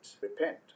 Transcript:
Repent